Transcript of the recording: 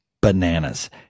bananas